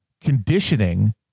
conditioning